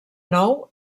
nou